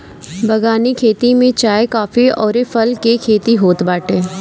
बगानी खेती में चाय, काफी अउरी फल के खेती होत बाटे